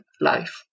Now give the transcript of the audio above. life